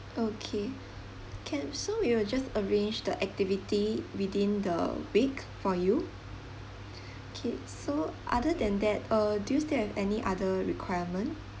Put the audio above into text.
okay can so we will just arrange the activity within the week for you K so other than that uh do you still have any other requirement